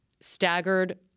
staggered